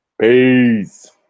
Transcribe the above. Peace